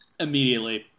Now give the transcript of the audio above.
immediately